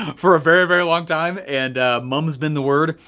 for a very, very long time and mum has been the word.